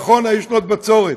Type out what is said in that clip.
נכון, היו שנות בצורת,